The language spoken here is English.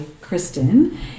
Kristen